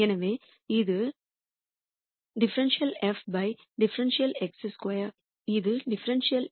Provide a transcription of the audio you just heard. எனவே இது ∂f ∂x2